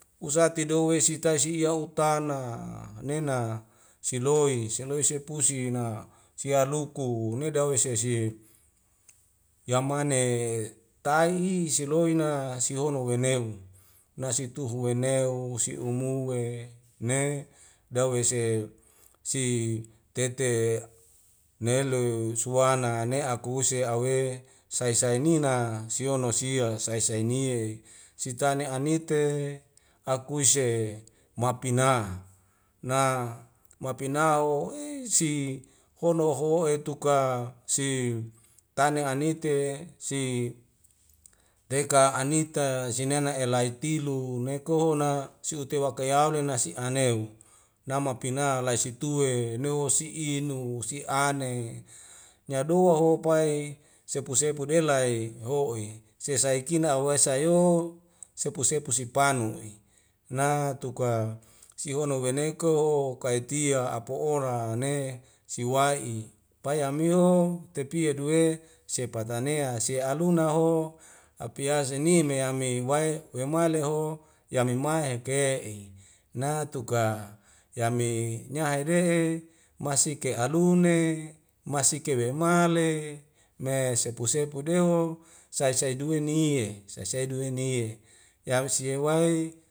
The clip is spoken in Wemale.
Usatedowe sitai si iya o utana nena siloi siloi sepusi na sia luku nedawese si yamane taihi siloina sihono weuneu nasituhu weuneu siumue ne dawese si tete nelu suana ne'akuse awe sai sainina siono sia sai sainie sitane anite akuise mapina na mapina o'e si hono ho'e tuka si tane anite si teka anita sine nea'ana elai tilu nekoho na siute waka yaule nasi a'neu nama pina laisituwe neu si'inu siane nyadowa ho pae sepu sepu dela hi ho'i sei saikina uwesa a yo sepu sepu sipanu'i na tuka sihono weneu ko'o kaitia apuora ne siwai'i pai amiho tepi duwe sepatanea sealuna ho apiase ni me ami wae waemaleho yamimae heke'i natuka yami nya hede'e masike alune masike weimale me sepu sepu deuho saisai due nie sai sai due nie yagsia wae